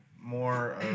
more